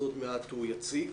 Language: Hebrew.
עוד מעט הוא יציג.